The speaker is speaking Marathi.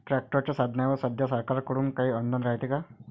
ट्रॅक्टरच्या साधनाईवर सध्या सरकार कडून काही अनुदान रायते का?